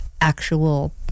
actual